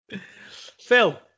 Phil